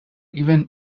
even